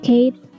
Kate